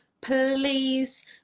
please